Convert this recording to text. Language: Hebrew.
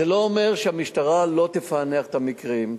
זה לא אומר שהמשטרה לא תפענח את המקרים.